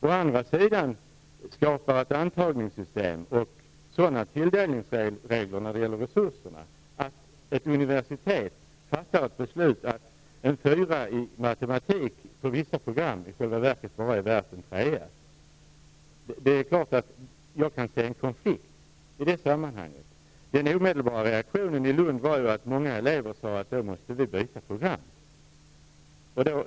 Å andra sidan skapar man ett antagningssystem och sådana tilldelningsregler när det gäller resurserna att ett universitet fattar ett beslut att en fyra i matematik på vissa program i själva verket bara är värd en trea. Jag ser självfallet en konflikt i det sammanhanget. Den omedelbara reaktionen i Lund var att många elever sade: Då måste vi byta program.